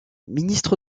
ministre